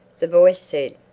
the voice said,